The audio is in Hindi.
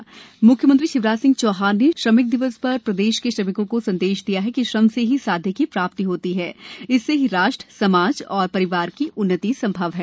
म्ख्यमंत्री शिवराज सिंह चौहान ने श्रम दिवस पर प्रदेश के श्रमिकों को संदेश दिया है कि श्रम से ही साध्य की प्राप्ति होती है इससे ही राष्ट्र समाज और परिवार की उन्नति संभव है